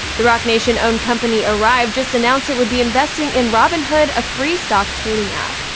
the roc nation-owned company arrive just announced it would be investing in robinhood, a free stock trading app.